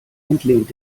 entlehnt